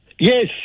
Yes